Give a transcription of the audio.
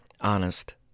honest